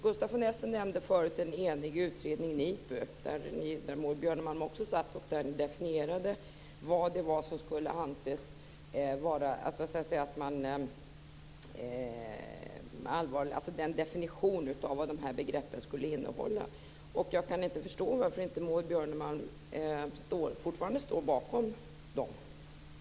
Gustaf von Essen nämnde tidigare den eniga utredningen NIPU, som Maud Björnemalm också satt med i. Utredningen definierade vad begreppen skulle innehålla. Jag kan inte förstå varför inte Maud Björnemalm fortfarande står bakom dem.